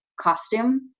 costume